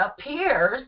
appears